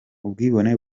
ubwibone